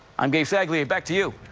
i'm gabe saglie, back to you.